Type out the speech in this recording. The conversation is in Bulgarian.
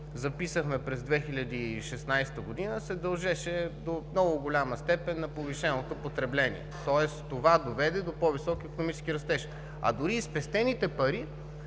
записахме през 2016 г., се дължеше в много голяма степен на повишеното потребление. Тоест това доведе до по-висок икономически растеж. Дори и спестените пари